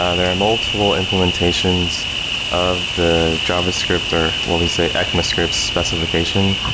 ah there are multiple implementations of the javascript, or what we say ecmascripts specification.